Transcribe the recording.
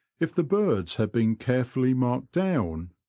if the birds have been carefully marked down,